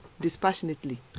dispassionately